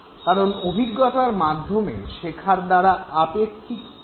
কারন অভিজ্ঞতার মাধ্যমে শেখার দ্বারা আপেক্ষিক স্থিতিশীল পরিবর্তন আনা যায়